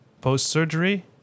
post-surgery